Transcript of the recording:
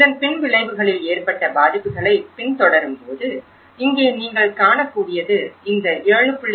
இதன் பின்விளைவுகளினால் ஏற்பட்ட பாதிப்புகளை பின்தொடரும்போது இங்கே நீங்கள் காணக்கூடியது இந்த 7